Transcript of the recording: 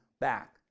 back